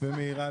ומהירה להתקדם.